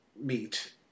meet